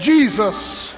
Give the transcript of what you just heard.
Jesus